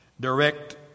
direct